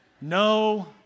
No